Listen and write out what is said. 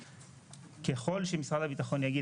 ככל שמשרד הביטחון יגיד,